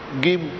Give